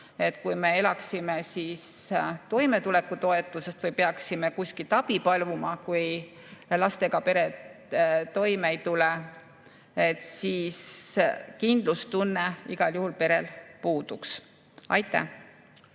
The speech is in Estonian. Kui pere elaks toimetulekutoetusest või peaks kuskilt abi paluma, kui lastega pere ei tule toime, siis kindlustunne igal juhul perel puuduks. Aitäh!